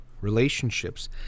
relationships